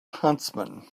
huntsman